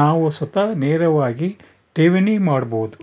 ನಾವು ಸ್ವತಃ ನೇರವಾಗಿ ಠೇವಣಿ ಮಾಡಬೊದು